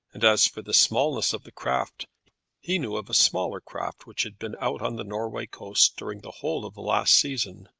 and as for the smallness of the craft he knew of a smaller craft which had been out on the norway coast during the whole of the last season.